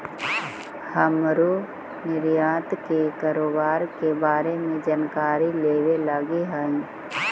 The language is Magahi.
हमरो निर्यात के कारोबार के बारे में जानकारी लेबे लागी हई